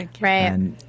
Right